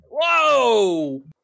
Whoa